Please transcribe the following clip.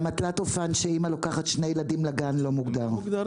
גם התלת אופן שאימא לוקחת שני ילדים לגן לא מוגדר.